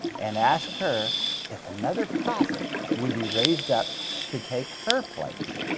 and asked her if another prophet would be raised up to take her place.